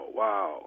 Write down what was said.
wow